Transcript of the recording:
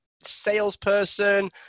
salesperson